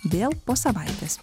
vėl po savaitės